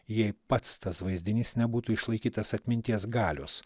jei pats tas vaizdinys nebūtų išlaikytas atminties galios